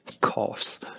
Coughs